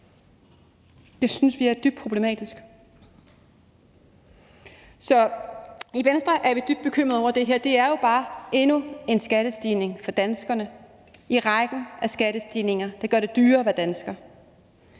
Det synes vi er dybt problematisk. I Venstre er vi dybt bekymrede over det her. Det er jo bare endnu en skattestigning for danskerne i rækken af skattestigninger, der gør det dyrere at være dansker.